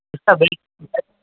اُس کا بجٹ